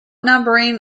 numbering